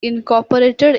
incorporated